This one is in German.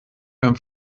beim